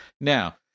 Now